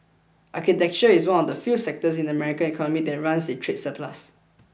agriculture is one of the few sectors of the American economy that runs a trade surplus